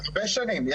הרבה שנים.